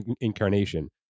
incarnation